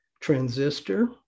transistor